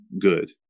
good